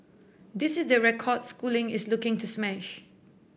this is the record schooling is looking to smash